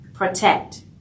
Protect